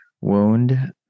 wound